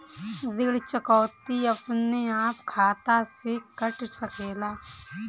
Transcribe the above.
ऋण चुकौती अपने आप खाता से कट सकेला?